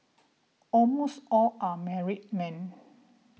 almost all are married men